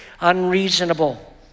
unreasonable